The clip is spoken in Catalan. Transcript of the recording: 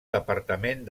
departament